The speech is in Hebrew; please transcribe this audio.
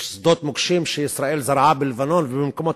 יש שדות מוקשים שישראל זרעה בלבנון ובמקומות